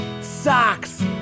Socks